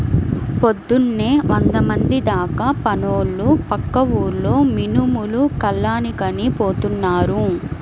పొద్దున్నే వందమంది దాకా పనోళ్ళు పక్క ఊర్లో మినుములు కల్లానికని పోతున్నారు